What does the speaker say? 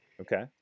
Okay